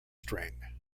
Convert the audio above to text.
string